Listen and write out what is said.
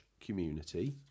community